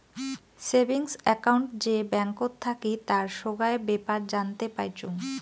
savings account যে ব্যাঙ্কত থাকি তার সোগায় বেপার জানতে পাইচুঙ